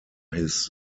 his